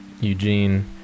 Eugene